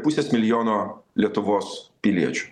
pusės milijono lietuvos piliečių